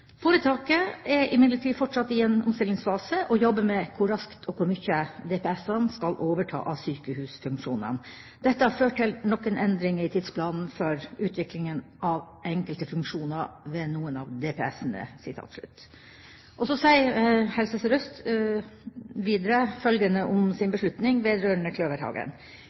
er imidlertid fortsatt i en omstillingsfase og jobber med hvor raskt og hvor mye DPS-ene skal overta av sykehusfunksjoner. Dette har ført til noen endringer i tidsplanen for utviklingen av enkelte funksjoner på noen av DPS-ene.» Så sier Helse Sør-Øst følgende om sin beslutning vedrørende Kløverhagen: